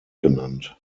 genannt